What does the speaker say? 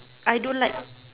I don't like